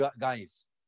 guys